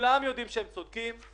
כולם יודעים שהם צודקים.